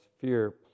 fear